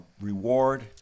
reward